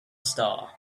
star